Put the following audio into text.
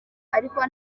ariko